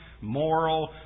moral